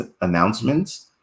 announcements